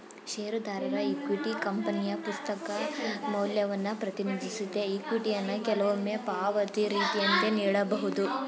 ಷೇರುದಾರರ ಇಕ್ವಿಟಿ ಕಂಪನಿಯ ಪುಸ್ತಕ ಮೌಲ್ಯವನ್ನ ಪ್ರತಿನಿಧಿಸುತ್ತೆ ಇಕ್ವಿಟಿಯನ್ನ ಕೆಲವೊಮ್ಮೆ ಪಾವತಿ ರೀತಿಯಂತೆ ನೀಡಬಹುದು